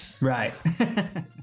right